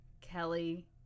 Kelly